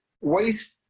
waste